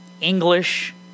English